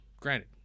granted